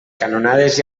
canonades